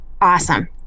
Awesome